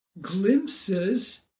glimpses